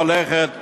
והיא הולכת ונגמרת.